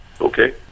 Okay